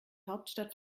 hauptstadt